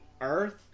Earth